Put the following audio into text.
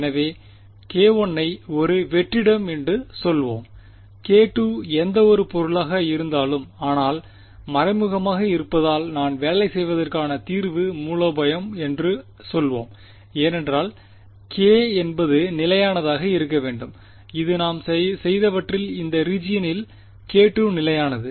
எனவே k1 ஐ ஒரு வெற்றிடம் என்று சொல்வோம் k2 எந்தவொரு பொருளாக இருந்தாலும் ஆனால் மறைமுகமாக இருப்பதால் நான் வேலை செய்வதற்கான தீர்வு மூலோபாயம் என்று சொல்வோம் ஏனென்றால் k என்பது நிலையானதாக இருக்க வேண்டும் இது நாம் செய்தவற்றில் இந்த ரீஜியனில் k2 நிலையானது